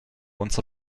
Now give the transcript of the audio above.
unser